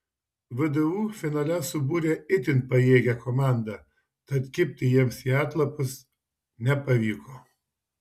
vdu finale subūrė itin pajėgią komandą tad kibti jiems į atlapus nepavyko